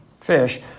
fish